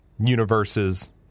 universes